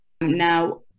Now